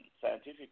scientific